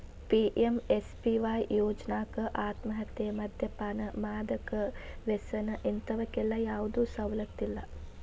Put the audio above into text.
PMSBY ಯೋಜ್ನಾಕ ಆತ್ಮಹತ್ಯೆ, ಮದ್ಯಪಾನ, ಮಾದಕ ವ್ಯಸನ ಇಂತವಕ್ಕೆಲ್ಲಾ ಯಾವ್ದು ಸವಲತ್ತಿಲ್ಲ